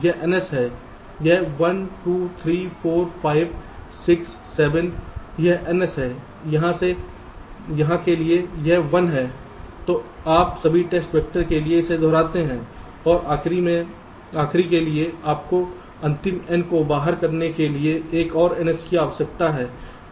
यह ns है यह 1 2 3 4 5 6 7 यह ns है यहाँ के लिए यह 1 है और आप सभी टेस्ट वैक्टर के लिए इसे दोहराते हैं और आखिरी के लिए आपको अंतिम n को बाहर करने के लिए एक और ns की आवश्यकता है